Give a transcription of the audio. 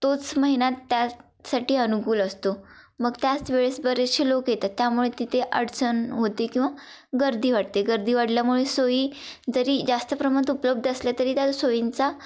तोच महिन्यात त्यासाठी अनुकूल असतो मग त्याच वेळेस बरेचसे लोक येतात त्यामुळे तिथे अडचण होते किंवा गर्दी वाढते गर्दी वाढल्यामुळे सोयी जरी जास्त प्रमाणात उपलब्ध असल्या तरी त्या सोयींचा